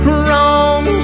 wrong